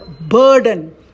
burden